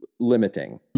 limiting